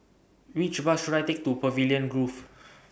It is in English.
Which Bus should I Take to Pavilion Grove